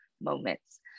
moments